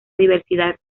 diversidad